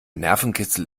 nervenkitzel